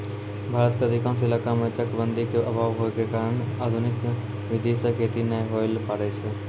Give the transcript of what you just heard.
भारत के अधिकांश इलाका मॅ चकबंदी के अभाव होय के कारण आधुनिक विधी सॅ खेती नाय होय ल पारै छै